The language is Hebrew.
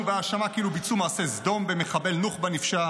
בהאשמה כאילו ביצוע מעשה סדום במחבל נוח'בה נפשע.